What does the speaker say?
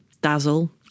dazzle